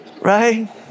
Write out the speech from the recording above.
right